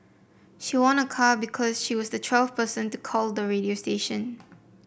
she won a car because she was the twelfth person to call the radio station